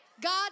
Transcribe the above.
God